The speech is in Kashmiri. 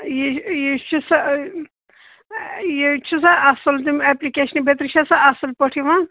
یہ یہ یہ چھُسا اصل تِم ایپلِکیشن بیتر چھَسا اصل پٲٹھۍ یِوان